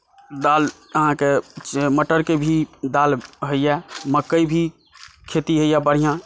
दालि अहाँकेँ मटरके भी दालि होइए मकइ भी खेती होइए बढ़िऑं